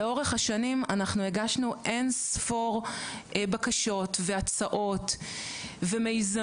לאורך השנים אנחנו הגשנו אין ספור בקשות והצעות ומיזמים,